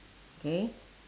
K